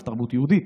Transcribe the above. ב.